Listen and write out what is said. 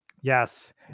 Yes